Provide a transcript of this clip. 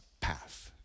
path